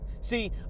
See